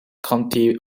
county